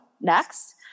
next